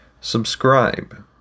subscribe